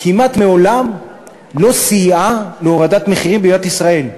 כמעט מעולם לא סייעה להורדת מחירים במדינת ישראל,